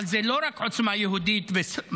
אבל זה לא רק עוצמה יהודית וסמוטריץ',